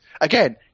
Again